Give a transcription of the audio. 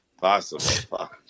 possible